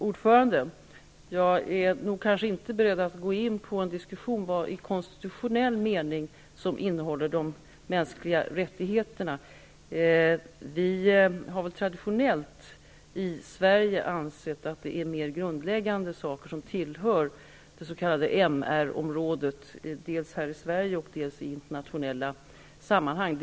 Fru talman! Jag är inte beredd att gå in på en diskussion om vad som i konstitutionell mening inryms i de mänskliga rättigheterna. Vi har traditionellt i Sverige ansett att det är mer grundläggande saker som tillhör det s.k. MR området, dels här i Sverige, dels i internationella sammanhang.